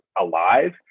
alive